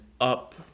up